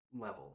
level